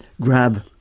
grab